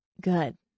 good